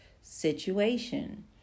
situation